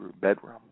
bedroom